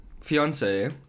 fiance